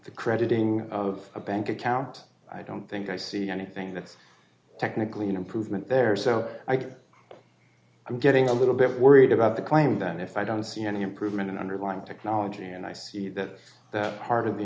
the crediting of a bank account i don't think i see anything that's technically an improvement there so i could i'm getting a little bit worried about the claim that if i don't see any improvement in underlying technology and i see that part of the